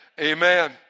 Amen